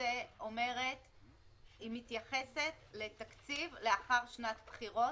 למעשה מתייחסת לתקציב לאחר שנת בחירות.